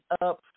up